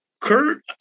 kurt